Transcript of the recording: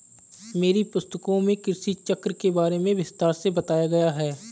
मेरी पुस्तकों में कृषि चक्र के बारे में विस्तार से बताया गया है